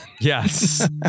Yes